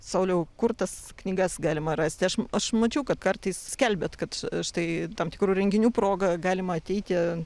sauliau kur tas knygas galima rasti aš aš mačiau kad kartais skelbiat kad štai tam tikrų renginių proga galima ateiti